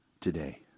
today